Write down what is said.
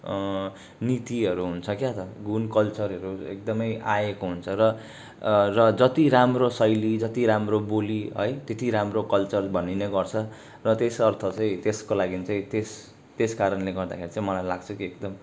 नीतिहरू हुन्छ क्या त गुण कल्चरहरू एकदमै आएको हुन्छ र र जति राम्रो शैली जति राम्रो बोली है त्यति राम्रो कल्चर भन्ने नै गर्छ र त्यसर्थ चाहिँ त्यसको लागि चाहिँ त्यस त्यस कारणले गर्दाखेरि चाहिँ मलाई लाग्छ कि एकदम